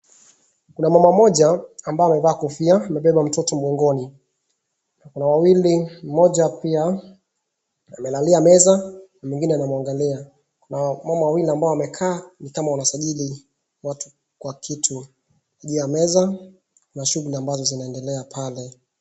Kuna mama mmoja ambaye amevaa kofia na amebeba mtoto mgongoni na kuna wawili mmoja pia amelalia meza mwingine anamwangalia. Kuna mama wawil ambao wamekaa ni kama wanasajili watu kwa kitu. Juu ya meza kuna shughuli ambazo zinaendelea pale.